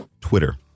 Twitter